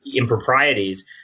improprieties